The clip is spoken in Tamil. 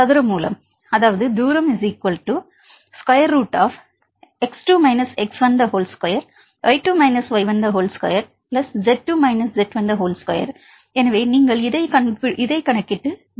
மாணவர் சதுர மூலம் தூரம் √ 2 2 2 எனவே நீங்கள் தூரத்தை கணக்கிடலாம்